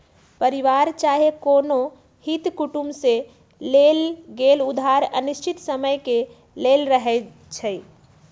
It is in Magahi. परिवार चाहे कोनो हित कुटुम से लेल गेल उधार अनिश्चित समय के लेल रहै छइ